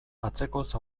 atzekoz